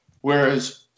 Whereas